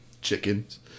chickens